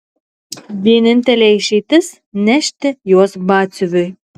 vienintelė išeitis nešti juos batsiuviui